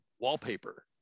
wallpaper